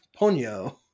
ponyo